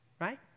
Right